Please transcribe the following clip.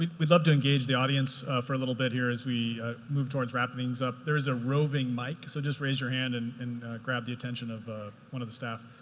we'd we'd love to engage the audience for a little bit here as we move towards wrapping things up. there is a roving mic, so just raise your hand and and grab the attention of one of the staff.